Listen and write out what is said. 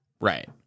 Right